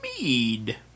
mead